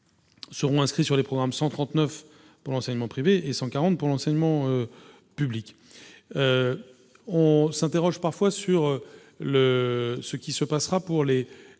seront inscrits sur les programmes 139 pour l'enseignement privé et 140 pour l'enseignement public, on s'interroge parfois sur le ce qui se passera pour les